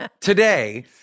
Today